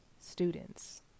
Students